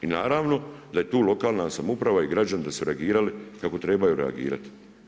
I naravno da je tu lokalna samouprava i građani da su reagirali kako trebaju reagirati.